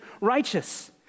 righteous